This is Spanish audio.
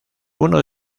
unos